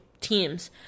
teams